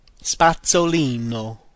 Spazzolino